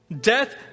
Death